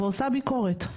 ותעשה ביקורת?